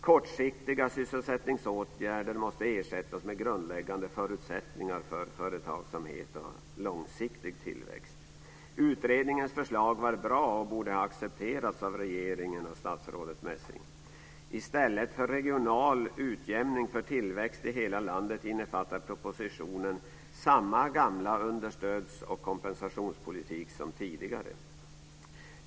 Kortsiktiga sysselsättningsåtgärder måste ersättas med grundläggande förutsättningar för företagsamhet och långsiktig tillväxt. Utredningens förslag var bra och borde ha accepterats av regeringen och statsrådet Messing. I stället för regional utjämning för tillväxt i hela landet innefattar propositionen samma gamla understöds och kompensationspolitik som tidigare.